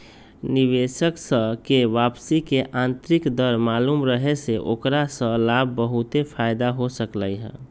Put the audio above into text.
निवेशक स के वापसी के आंतरिक दर मालूम रहे से ओकरा स ला बहुते फाएदा हो सकलई ह